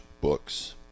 books